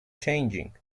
changing